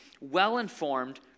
well-informed